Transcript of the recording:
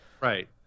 Right